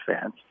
fans